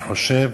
אני חושב